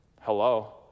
hello